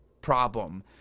problem